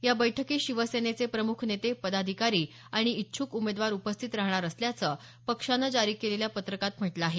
या बैठकीस शिवसेनेते प्रमुख नेते पदाधिकारी आणि इच्छुक उमेदवार उपस्थित राहणार असल्याचं पक्षानं जारी केलेल्या पत्रकात म्हटलं आहे